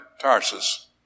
Tarsus